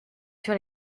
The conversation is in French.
sur